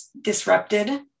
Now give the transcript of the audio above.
disrupted